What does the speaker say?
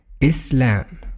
islam